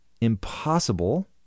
impossible